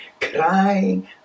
crying